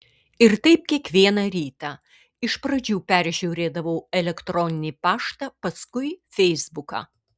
ir taip kiekvieną rytą iš pradžių peržiūrėdavau elektroninį paštą paskui feisbuką